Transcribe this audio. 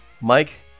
Mike